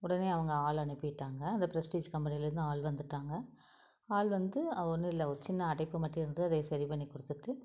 உடனே அவங்க ஆள் அனுப்பிட்டாங்கள் அந்த பிரஸ்டீஜ் கம்பெனியிலேருந்து ஆள் வந்துட்டாங்கள் ஆள் வந்து ஒன்று இல்லை ஒரு சின்ன அடைப்பு மட்டும் இருந்தது அதையே சரி பண்ணி கொடுத்துட்டு